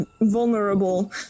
vulnerable